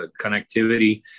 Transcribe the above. connectivity